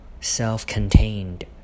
self-contained